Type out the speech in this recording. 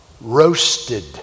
Roasted